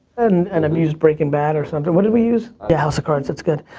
and and um use breaking bad or something. what did we use? yeah, house of cards, that's good.